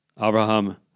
Abraham